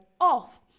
off